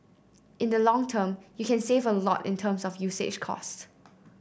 in the long term you can save a lot in terms of usage cost